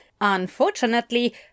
Unfortunately